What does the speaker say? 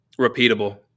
repeatable